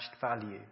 value